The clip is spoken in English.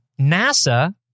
NASA